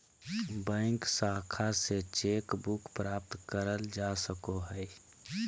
bank शाखा से cheque book प्राप्त करल जा सको हय